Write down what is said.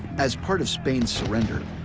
as part of spain's surrender,